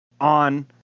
on